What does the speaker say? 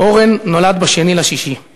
"אורן נולד ב-2.6,/